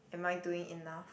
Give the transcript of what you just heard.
am I doing enough